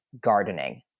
gardening